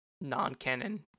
non-canon